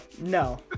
No